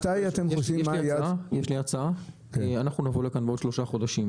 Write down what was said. יש לי הצעה: אנחנו נבוא לכאן בעוד שלושה חודשים.